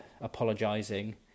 apologising